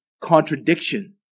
contradiction